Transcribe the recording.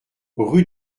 rue